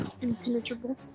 impenetrable